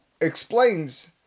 explains